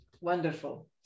wonderful